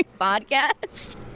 podcast